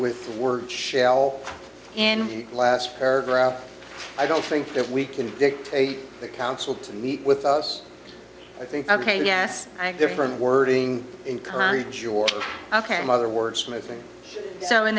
with the word shell in the last paragraph i don't think that we can dictate the council to meet with us i think ok yes different wording encourage your ok mother word smithing so in